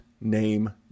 name